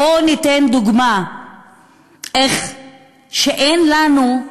בואו ניתן דוגמה איך שאין לנו,